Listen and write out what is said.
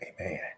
Amen